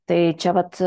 tai čia vat